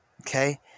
Okay